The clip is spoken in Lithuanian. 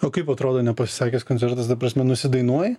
o kaip atrodo nepasisekęs koncertas ta prasme nusidainuoji